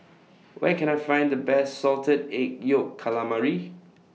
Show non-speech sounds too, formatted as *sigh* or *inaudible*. *noise* Where Can I Find The Best Salted Egg Yolk Calamari